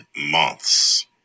months